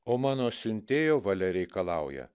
o mano siuntėjo valia reikalauja